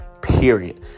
period